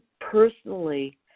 personally